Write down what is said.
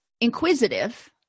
inquisitive